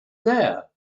there